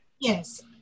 Yes